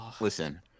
Listen